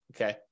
okay